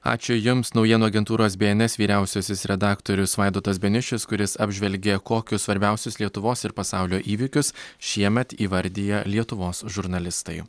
ačiū jums naujienų agentūros bns vyriausiasis redaktorius vaidotas beniušis kuris apžvelgė kokius svarbiausius lietuvos ir pasaulio įvykius šiemet įvardija lietuvos žurnalistai